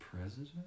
President